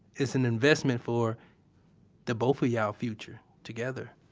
it's an investment for the both of y'all's future together?